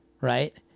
Right